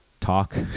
talk